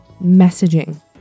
messaging